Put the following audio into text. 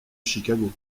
chicago